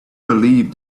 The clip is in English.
believe